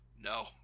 No